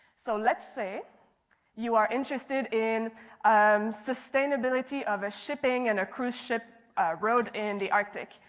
so let's say you're interested in um sustainability of a shipping and cruise ship road in the arctic.